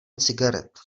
cigaret